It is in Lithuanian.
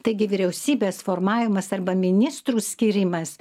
taigi vyriausybės formavimas arba ministrų skyrimas